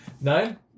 nine